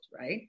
right